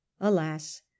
Alas